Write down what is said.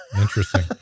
interesting